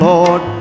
Lord